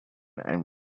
and